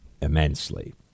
immensely